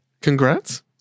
Congrats